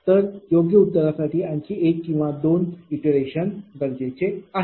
तर योग्य उत्तरासाठी आणखी एक किंवा दोन इटरेशन गरजेचे आहे